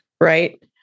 right